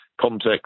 context